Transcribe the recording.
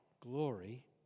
glory